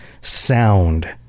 sound